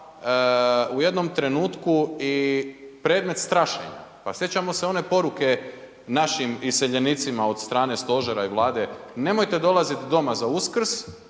u jednom trenutku i predmet strašenja. Pa sjećamo se one poruke našim iseljenicima od strane Stožera i Vlade, nemojte dolaziti doma za Uskrs